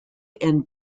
and